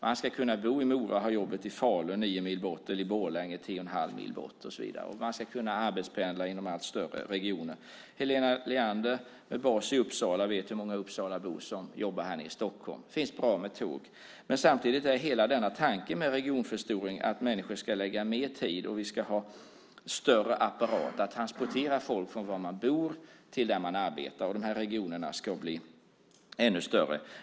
Man ska kunna bo i Mora och ha jobbet i Falun, 9 mil bort, eller i Borlänge, 10 1⁄2 mil bort, och så vidare. Man ska kunna arbetspendla inom allt större regioner. Helena Leander med bas i Uppsala vet hur många Uppsalabor som jobbar här nere i Stockholm. Det finns bra med tåg. Men samtidigt innebär hela denna tanke med regionförstoring att människor ska lägga mer tid på att resa och att vi ska ha en större apparat för att transportera folk från bostadsort till arbete. Och de här regionerna ska bli ännu större.